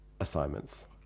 assignments